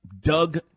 Doug